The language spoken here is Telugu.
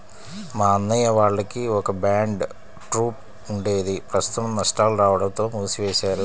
మా అన్నయ్య వాళ్లకి ఒక బ్యాండ్ ట్రూప్ ఉండేది ప్రస్తుతం నష్టాలు రాడంతో మూసివేశారు